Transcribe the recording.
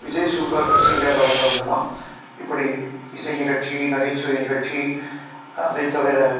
Vijay super சிங்கரில் வந்தவங்க தான் இப்படி இசை நிகழ்ச்சி நகைச்சுவை நிகழ்ச்சி அதைத் தவிர